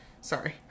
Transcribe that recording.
Sorry